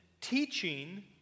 teaching